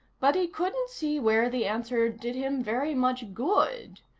but he couldn't see where the answer did him very much good.